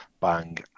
bang